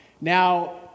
Now